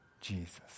Jesus